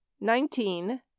nineteen